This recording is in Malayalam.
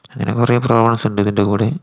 അങ്ങനെ കുറേ പ്രോബ്ലംസ് ഉണ്ട് ഇതിൻ്റെ കൂടെ